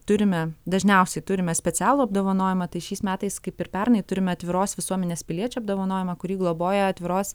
turime dažniausiai turime specialų apdovanojimą tai šiais metais kaip ir pernai turime atviros visuomenės piliečio apdovanojimą kurį globoja atviros